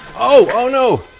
oh! oh no!